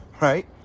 right